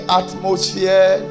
atmosphere